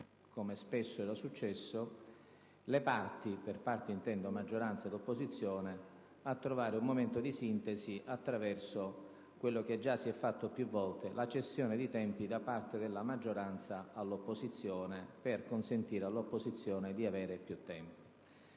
come spesso era successo, le parti, maggioranza ed opposizione, a trovare un momento di sintesi attraverso quello che si è già fatto più volte, ossia la cessione di tempi da parte della maggioranza all'opposizione, per consentire all'opposizione di avere più tempo.